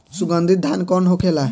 सुगन्धित धान कौन होखेला?